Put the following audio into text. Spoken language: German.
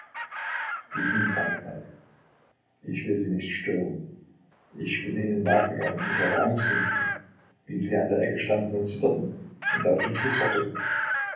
sie sind krank falk ich will sie nicht stören ich bin ihnen nachgegangen ich hatte angst um sie wie sie da an der ecke standen und zitterten und auf den schuß warteten